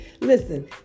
Listen